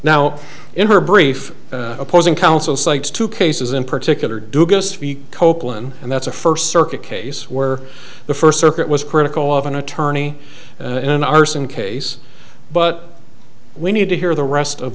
now in her brief opposing counsel cites two cases in particular dugas feet copeland and that's a first circuit case where the first circuit was critical of an attorney in an arson case but we need to hear the rest of